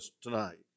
tonight